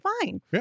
fine